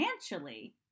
financially